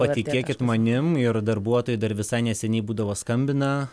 patikėkit manim ir darbuotojai dar visai neseniai būdavo skambina